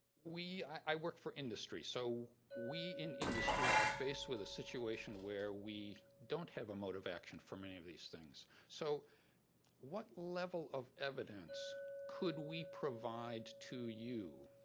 i work for industry so we, in industry, are faced with a situation where we don't have a motive action for many of these things. so what level of evidence could we provide to you,